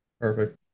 Perfect